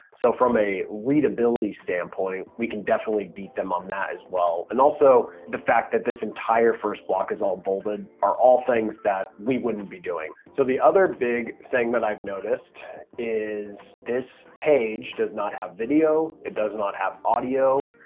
so from a readability standpoint, we can definitely beat them on that as well. and also the fact that this entire first block is all bolded are all things that we wouldn't be doing. so the other big thing that i've noticed is this page does not have video. it does not have audio.